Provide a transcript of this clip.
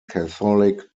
catholic